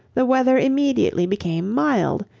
the weather immediately became mild,